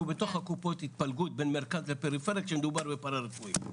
בתוך הקופות התפלגות בין מרכז לפריפריה כשמדובר בפרה-רפואי.